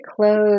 close